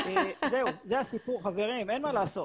זה הסיפור, חברים, אין מה לעשות.